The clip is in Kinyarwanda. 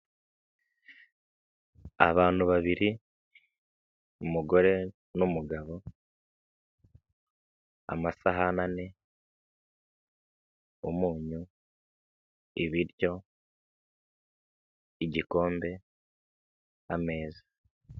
Abantu babiri umugore n'umugabo amasahani n'umunyu ibiryo, igikombe, ameza.